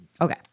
Okay